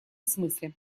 смысле